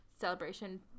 celebration